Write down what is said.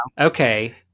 okay